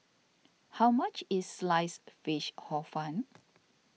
how much is Sliced Fish Hor Fun